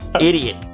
Idiot